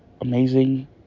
amazing